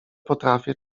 potrafię